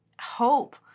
hope